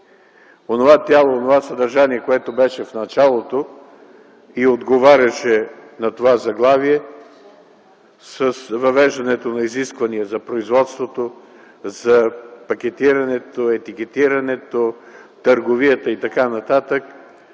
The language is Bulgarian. Онова тяло, онова съдържание, което беше в началото и отговаряше на това заглавие, с въвеждането на изисквания за производството, за пакетирането, за етикетирането, търговията и т.н.,